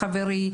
חברי,